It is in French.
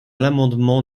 l’amendement